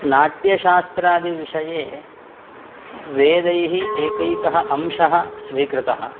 नाट्यशास्त्रादिविषये वेदैः एकैकः अंशः स्वीकृतः